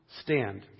stand